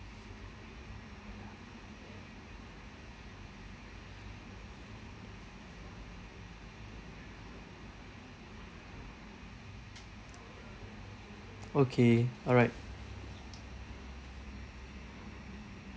okay all right